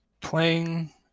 playing